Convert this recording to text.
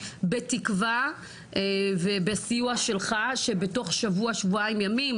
בתקווה ובסיוע שלך שבתוך שבוע-שבועיים ימים,